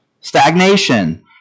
Stagnation